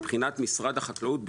מבחינת משרד החקלאות,